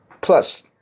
Plus